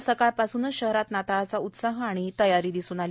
आज सकाळ पासूनच शहरात नाताळाचा उत्साह आणि तयारी दिसून आली